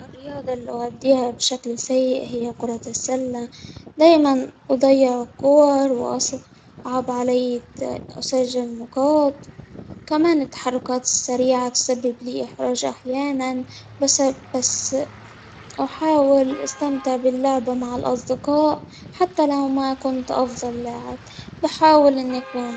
الرياضة اللي أوأديها بشكل سيء هي كرة السلة، دايما أضيع الكور، واص-وأصعب علي أسجل نقاط كمان التحركات السريعة تسبب لي إحراج أحيانا بس -بس أحاول أستمتع باللعب مع الاصدقاء، حتى لو ما كنت أفضل لاعب، بحاول إني أكون.